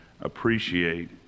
appreciate